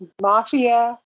mafia